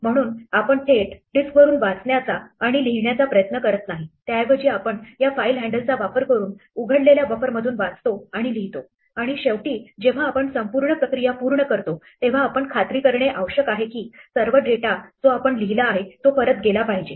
म्हणून आपण थेट डिस्कवरून वाचण्याचा आणि लिहिण्याचा प्रयत्न करत नाही त्याऐवजी आपण या फाईल हँडलचा वापर करून उघडलेल्या बफरमधून वाचतो आणि लिहितो आणि शेवटी जेव्हा आपण संपूर्ण प्रक्रिया पूर्ण करतो तेव्हा आपण खात्री करणे आवश्यक आहे की सर्व डेटा जो आपण लिहिले आहे तो परत गेला पाहिजे